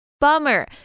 Bummer